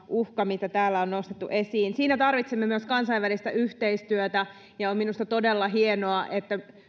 uhka mitä täällä on nostettu esiin siinä tarvitsemme myös kansainvälistä yhteistyötä ja minusta on todella hienoa että